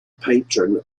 patron